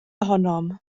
ohonom